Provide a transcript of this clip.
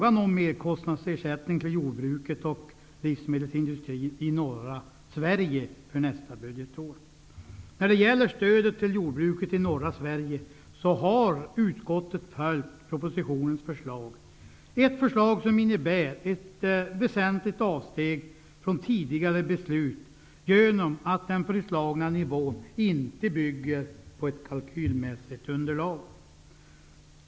När det gäller stödet till jordbruket i norra Sverige har utskottet följt propositionens förslag, ett förslag som innebär ett väsentligt avsteg från tidigare beslut genom att det för den föreslagna nivån inte finns ett kalkylmässigt underlag.